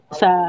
sa